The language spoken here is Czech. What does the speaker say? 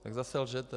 Tak zase lžete.